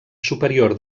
superior